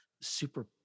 super